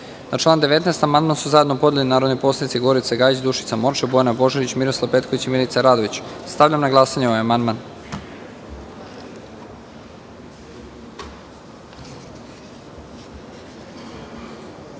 član 6. amandman su zajedno podneli narodni poslanici Gorica Gajić, Dušica Morčev, Bojana Božanić, Miroslav Petković i Milica Radović. Stavljam na glasanje ovaj